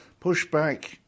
pushback